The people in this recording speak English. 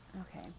okay